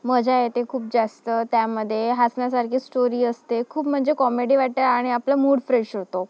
मजा येते खूप जास्त त्यामध्ये हसण्यासारखी स्टोरी असते खूप म्हणजे कॉमेडी वाटते आणि आपला मूड फ्रेश होतो